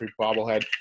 bobblehead